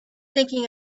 thinking